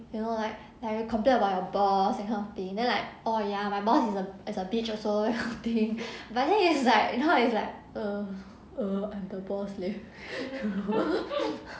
you know like like you complain about your boss that kind of thing then like oh ya my boss is a is a bitch also that kind of thing but then is like you know is like err err I'm the boss leh